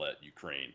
Ukraine